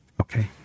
okay